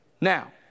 Now